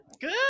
good